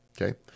okay